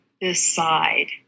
decide